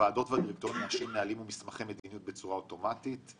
"הוועדות והדירקטוריון מאשרים נהלים ומסמכי מדיניות בצורה אוטומטית";